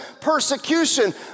persecution